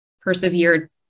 persevered